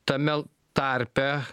tame tarpe